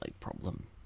problem